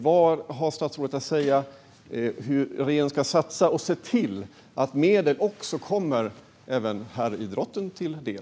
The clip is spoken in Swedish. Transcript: Vad har statsrådet att säga om hur regeringen ska satsa och se till att medel också kommer damidrotten till del?